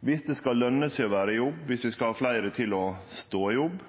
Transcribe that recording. det skal løne seg å vere i jobb, dersom vi skal ha fleire til å stå i jobb,